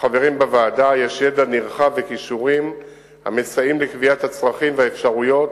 החברים בוועדה יש ידע נרחב וכישורים המסייעים לקביעת הצרכים והאפשרויות